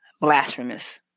blasphemous